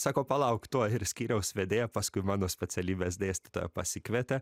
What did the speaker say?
sako palauk tuoj ir skyriaus vedėja paskui mano specialybės dėstytoja pasikvietė